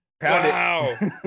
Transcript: wow